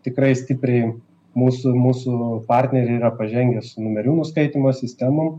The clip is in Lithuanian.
tikrai stipriai mūsų mūsų partneriai yra pažengę su numerių nuskaitymo sistemų